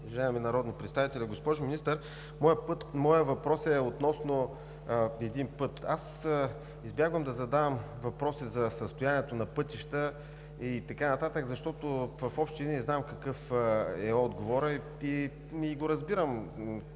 Госпожо Министър, моят въпрос е относно един път. Аз избягвам да задавам въпроси за състоянието на пътища и така нататък, защото в общи линии знам какъв е отговорът и разбирам,